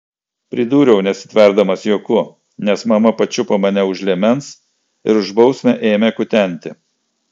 pridūriau nesitverdamas juoku nes mama pačiupo mane už liemens ir už bausmę ėmė kutenti